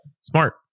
smart